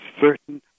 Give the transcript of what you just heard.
certain